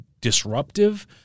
disruptive